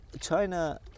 China